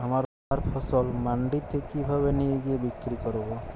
আমার ফসল মান্ডিতে কিভাবে নিয়ে গিয়ে বিক্রি করব?